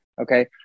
Okay